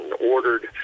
ordered